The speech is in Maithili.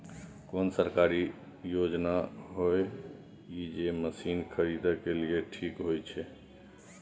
कोन सरकारी योजना होय इ जे मसीन खरीदे के लिए ठीक होय छै?